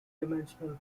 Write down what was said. dimensional